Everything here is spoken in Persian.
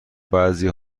بعضی